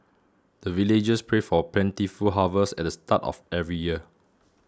the villagers pray for plentiful harvest at the start of every year